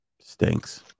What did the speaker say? Stinks